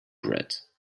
bread